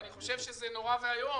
אני חושב שזה נורא ואיום,